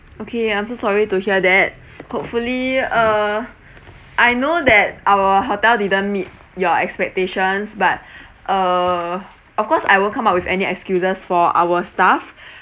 okay I'm so sorry to hear that hopefully uh I know that our hotel didn't meet your expectations but uh of course I won't come up with any excuses for our staff